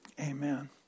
Amen